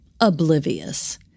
oblivious